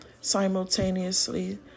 simultaneously